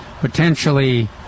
potentially